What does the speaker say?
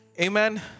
Amen